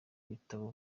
bitabo